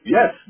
Yes